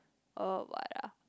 a what ah